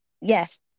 yes